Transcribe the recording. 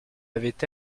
avaient